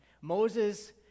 Moses